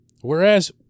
Whereas